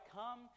come